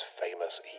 famous